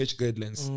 guidelines